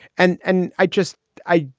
and and i just i.